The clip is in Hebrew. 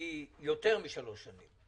היא יותר משלוש שנים.